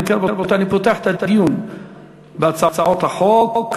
אם כן, רבותי, אני פותח את הדיון בהצעות החוק.